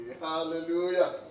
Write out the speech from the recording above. Hallelujah